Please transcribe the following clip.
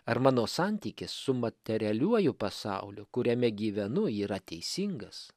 ar mano santykis su materialiuoju pasauliu kuriame gyvenu yra teisingas